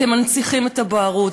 אתם מנציחים את הבערות,